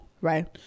right